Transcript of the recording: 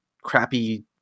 crappy